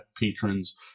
patrons